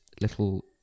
little